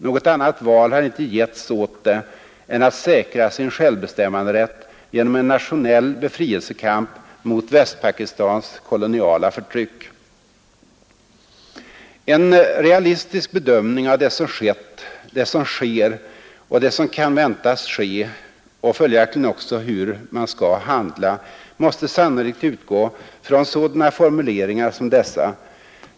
Något annat val har inte getts åt det än att säkra sin självbestämmanderätt genom en nationell befrielsekamp mot Västpakistans koloniala förtryck.” En realistisk bedömning av det som skett, det som sker och det som kan väntas ske — och följaktligen också av hur man skall handla — måste sannolikt utgå från sådana formuleringar som dessa.